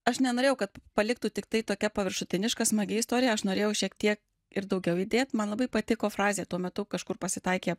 aš nenorėjau kad paliktų tiktai tokia paviršutiniška smagi istorija aš norėjau šiek tie ir daugiau įdėt man labai patiko frazė tuo metu kažkur pasitaikė